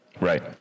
Right